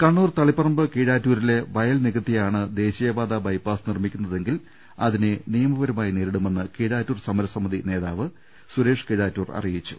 കണ്ണൂർ തളിപ്പറമ്പ് കീഴാറ്റൂരിലെ വയൽ നികത്തിയാണ് ദേശീയപാത ബൈപ്പാസ് നിർമ്മിക്കുന്നതെങ്കിൽ അതിനെ നിയമപരമായി നേരിടുമെന്ന് കീഴാറ്റൂർ സമര നേതാവ് സുരേഷ് കീഴാറ്റൂർ അറിയിച്ചു